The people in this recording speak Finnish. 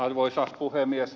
arvoisa puhemies